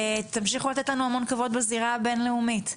ותמשיכו לתת לנו המון כבוד בזירה הבין לאומית.